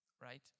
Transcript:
Right